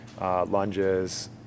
lunges